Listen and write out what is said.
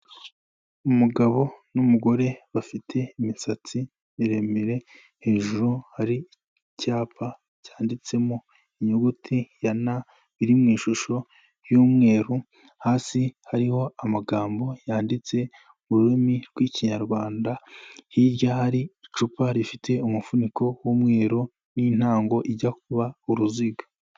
Umugabo n'umugore bafite imisatsi miremire, hejuru hari icyapa cyanditsemo inyuguti ya N iri mu ishusho y'umweru, hasi hariho amagambo yanditse mu rurimi rw'ikinyarwanda, hirya hari icupa rifite umufuniko w'umweru n'intango ijya kuba uruziga.